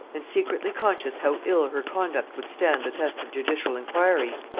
and secretly conscious how ill her conduct would stand the test of judicial inquiry,